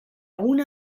una